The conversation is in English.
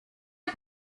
are